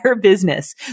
business